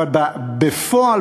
אבל בפועל,